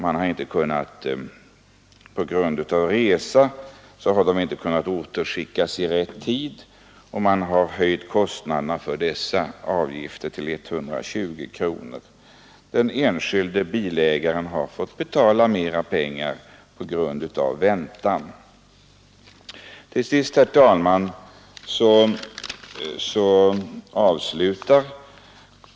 Man har på grund av resa inte kunnat återskicka dem i rätt tid, och kostnaderna för dessa har höjts till 120 kronor. Den enskilde bilägaren har orsakats merkostnader på grund av att han måst vänta med att begagna bilen.